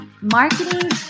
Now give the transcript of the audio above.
marketing